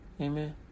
Amen